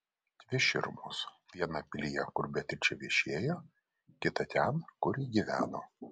dvi širmos viena pilyje kur beatričė viešėjo kita ten kur ji gyveno